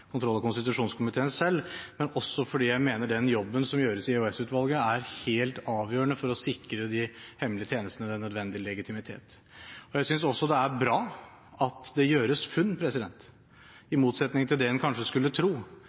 kontroll- og konstitusjonskomiteen selv, men også fordi jeg mener den jobben som gjøres i EOS-utvalget, er helt avgjørende for å sikre de hemmelige tjenestene den nødvendige legitimitet. Jeg synes også det er bra at det gjøres funn. I motsetning til det en kanskje skulle tro,